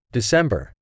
December